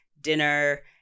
dinner